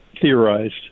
theorized